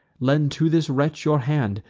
lend to this wretch your hand,